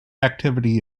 activity